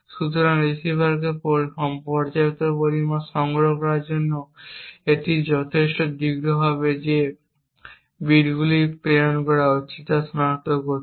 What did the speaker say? সুতরাং রিসিভারকে পর্যাপ্ত পরিমাণ সময় সংগ্রহ করার জন্য এটি যথেষ্ট দীর্ঘ হবে যে বিটগুলি প্রেরণ করা হচ্ছে তা সনাক্ত করতে